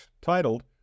titled